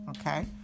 Okay